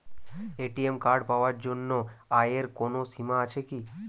ATM card পাওয়ার জন্য আয়ের কোনো সীমা আছে কি?